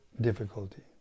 difficulty